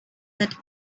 that